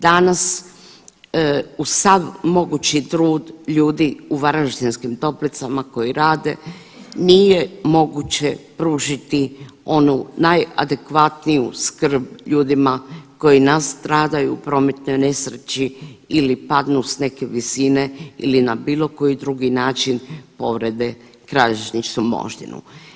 Danas u sav mogući trud ljudi u Varaždinskim Toplicama koji rade nije moguće pružiti onu najadekvatniju skrb ljudima koji nastradaju u prometnoj nesreći ili padnu s neke visine ili na bilo koji drugi način povrede kralježničnu moždinu.